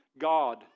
God